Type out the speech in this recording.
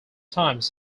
times